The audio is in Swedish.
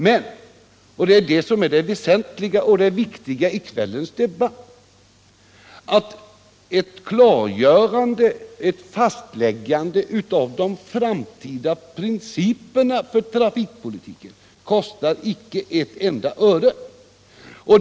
Men — och det är det väsentliga och viktiga i kvällens debatt — ett klargörande och ett fastläggande av de framtida principerna för trafikpolitiken kostar inte ett enda öre.